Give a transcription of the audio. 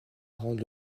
rendre